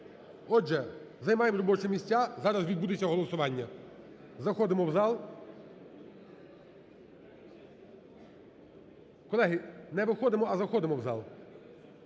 Отже, займаємо робочі місця, зараз відбудеться голосування. Заходимо в зал. Колеги, не виходимо, а заходимо в зал.